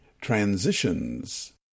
Transitions